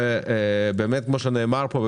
כמו שנאמר פה,